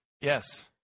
Yes